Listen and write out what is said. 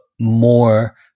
more